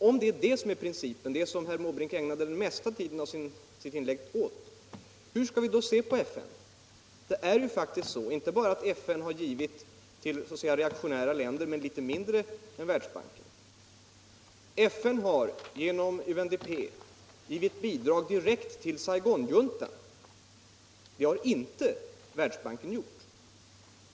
Om detta, som herr Måbrink ägnade mesta tiden av sitt inlägg åt, är principen, hur skall vi då se på FN? Det är ju faktiskt så att FN har givit bidrag till s.k. reaktionära länder, i vissa fall t.o.m. mer än Världsbanken. FN har genom UNDP givit bidrag direkt till Saigonjuntan. Det har inte Världsbanken gjort.